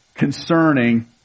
concerning